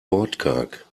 wortkarg